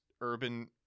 Urban